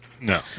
No